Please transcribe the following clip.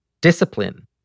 Discipline